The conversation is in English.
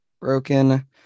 Broken